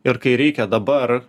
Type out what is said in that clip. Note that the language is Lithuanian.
ir kai reikia dabar